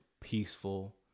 peaceful